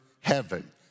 heaven